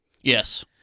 Yes